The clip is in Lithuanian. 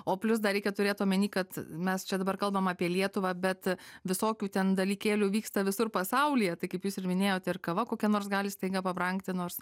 o plius dar reikia turėti omeny kad mes čia dabar kalbam apie lietuvą bet visokių ten dalykėlių vyksta visur pasaulyje tai kaip jūs ir minėjot ir kava kokia nors gali staiga pabrangti nors